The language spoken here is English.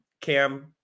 Cam